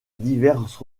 diverses